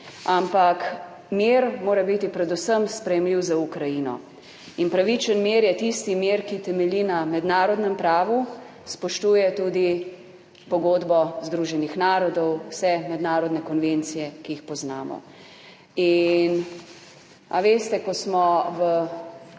ampak mir mora biti predvsem sprejemljiv za Ukrajino. In pravičen mir je tisti mir, ki temelji na mednarodnem pravu, spoštuje tudi pogodbo Združenih narodov, vse mednarodne konvencije, ki jih poznamo. In, a veste, ko smo v